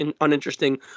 uninteresting